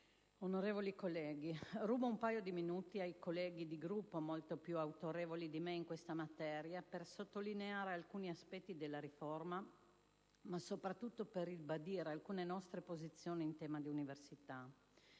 onorevoli colleghi, rubo un paio di minuti ai colleghi di Gruppo, molto più autorevoli di me in questa materia, per sottolineare alcuni aspetti della riforma, ma soprattutto per ribadire alcune nostre posizioni in tema di università.